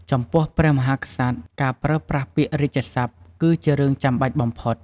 ចំពោះព្រះមហាក្សត្រ ការប្រើប្រាស់ពាក្យរាជសព្ទ គឺជារឿងចាំបាច់បំផុត។